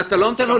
אתה לא נותן לו